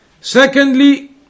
Secondly